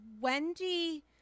Wendy